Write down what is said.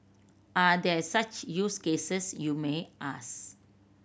are there such use cases you may ask